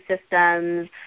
systems